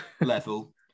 level